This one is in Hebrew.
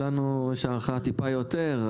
לנו יש הערכה טיפה יותר.